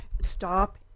stop